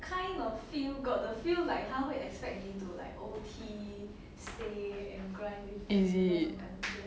is it